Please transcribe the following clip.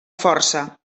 força